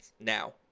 now